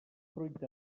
fruit